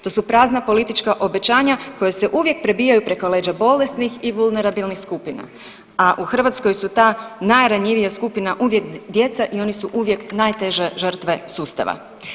To su prazna politička obećanja koja se uvijek prebijaju preko leđa bolesnih i vulnerabilnih skupina, a u Hrvatskoj su ta najranjivija skupina uvijek djeca i oni su uvijek najteže žrtve sustava.